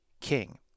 king